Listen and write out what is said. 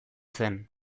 zen